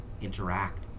interact